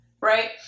right